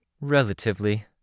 Relatively